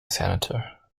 senator